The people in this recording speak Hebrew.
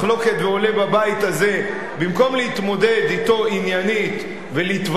ועולה בבית הזה במקום להתמודד אתו עניינית ולהתווכח,